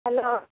hello